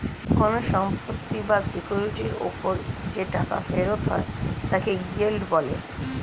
কোন সম্পত্তি বা সিকিউরিটির উপর যে টাকা ফেরত হয় তাকে ইয়েল্ড বলে